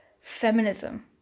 feminism